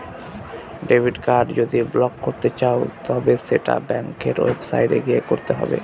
debit card যদি block করতে চাও তবে সেটা ব্যাঙ্কের ওয়েবসাইটে গিয়ে করতে হবে